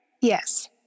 Yes